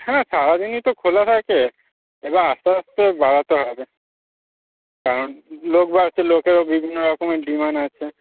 হ্যাঁ সারা দিনই তো খোলা থাকে এবার আস্তে আস্তে বাড়াতে হবে কারণ লোক বাড়ছে লোকেরও বিভিন্ন রকমের ডিমান্ড আছে